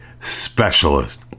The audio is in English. specialist